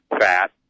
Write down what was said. fat